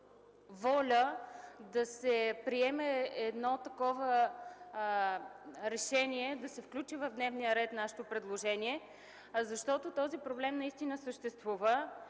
воля да се приеме решение да се включи в дневния ред нашето предложение, защото този проблем наистина съществува.